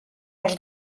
els